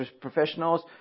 professionals